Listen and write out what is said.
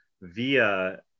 via